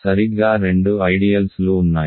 సరిగ్గా రెండు ఐడియల్స్ లు ఉన్నాయి